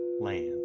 land